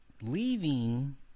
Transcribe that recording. leaving